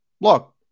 look